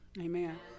amen